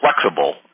flexible